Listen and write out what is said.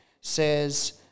says